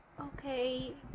okay